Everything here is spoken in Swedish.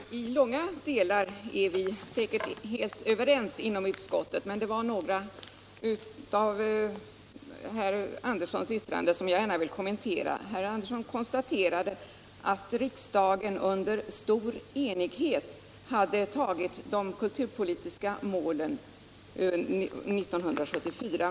Herr talman! I många stycken är vi helt säkert överens inom utskottet, men det var ändå några av herr Anderssons i Lycksele yttranden som jag här gärna vill kommentera. Herr Andersson konstaterade att riksdagen under stor enighet antog de kulturpolitiska målen 1974.